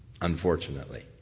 unfortunately